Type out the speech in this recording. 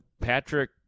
Patrick